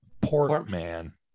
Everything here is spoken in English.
Portman